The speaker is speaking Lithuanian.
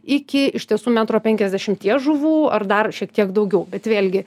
iki iš tiesų metro penkiasdešimties žuvų ar dar šiek tiek daugiau bet vėlgi